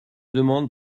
demande